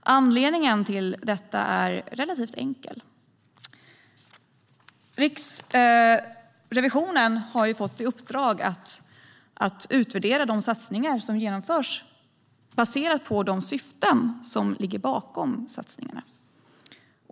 Anledningen till detta är relativt enkel. Riksrevisionen har fått i uppdrag att utvärdera de satsningar som genomförs baserat på de syften som ligger bakom satsningarna.